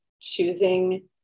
choosing